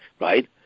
right